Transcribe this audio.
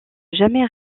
jamais